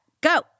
go